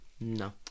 No